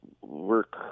work